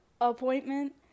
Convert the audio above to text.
appointment